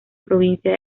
provincia